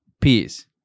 peace